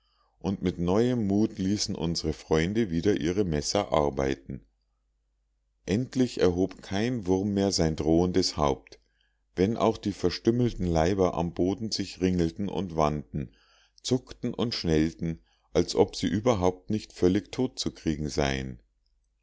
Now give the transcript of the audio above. und mit neuem mut ließen unsre freunde wieder ihre messer arbeiten endlich erhob kein wurm mehr sein drohendes haupt wenn auch die verstümmelten leiber am boden sich ringelten und wanden zuckten und schnellten als ob sie überhaupt nicht völlig tot zu kriegen seien